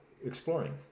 Exploring